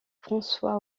françois